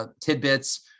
tidbits